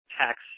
tax